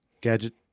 gadget